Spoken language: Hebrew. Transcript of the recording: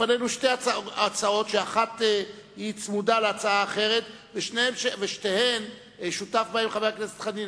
לפנינו שתי הצעות שאחת צמודה לאחרת ולשתיהן שותף חבר הכנסת חנין.